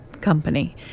company